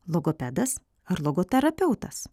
logopedas ar logoterapeutas